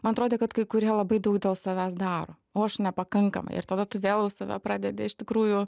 man atrodė kad kai kurie labai daug dėl savęs daro o aš nepakankamai ir tada tu vėl save pradedi iš tikrųjų